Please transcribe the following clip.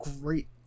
great